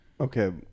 okay